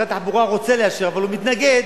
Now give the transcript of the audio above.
משרד התחבורה רוצה לאשר אבל הוא מתנגד,